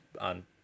on